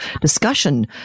discussion